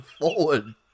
forward